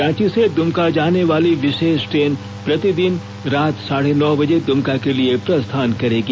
रांची से द्रमका जाने वाली विशेष रेल गाड़ी प्रतिदिन रात साढ़े नौ बजे दुमका के लिए प्रस्थान करेगी